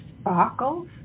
sparkles